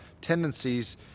tendencies